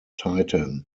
titan